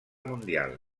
mundial